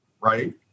right